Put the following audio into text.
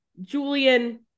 julian